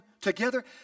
together